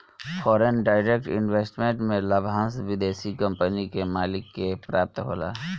foreign direct investment में लाभांस विदेशी कंपनी के मालिक के प्राप्त होला